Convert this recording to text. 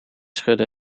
schudde